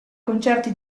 concerti